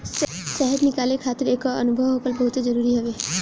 शहद निकाले खातिर एकर अनुभव होखल बहुते जरुरी हवे